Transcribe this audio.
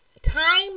time